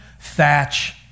thatch